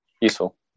Useful